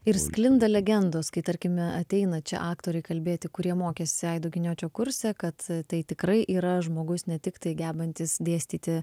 ir sklinda legendos kai tarkime ateina čia aktoriai kalbėti kurie mokėsi aido giniočio kurse kad tai tikrai yra žmogus ne tiktai gebantis dėstyti